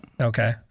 Okay